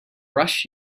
rush